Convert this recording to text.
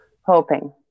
Hoping